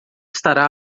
estará